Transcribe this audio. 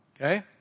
Okay